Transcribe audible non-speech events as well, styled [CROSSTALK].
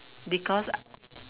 because [NOISE]